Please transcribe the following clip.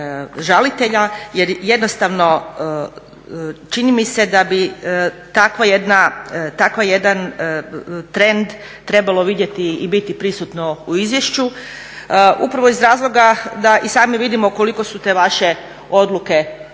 Jer jednostavno čini mi se da bi takav jedan trend trebalo vidjeti i biti prisutno u izvješću. Upravo iz razloga da i sami vidimo koliko su te vaše odluke na